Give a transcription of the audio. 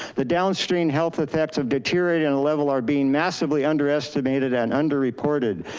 the downstream health effects of deteriorating on a level are being massively underestimated and under-reported.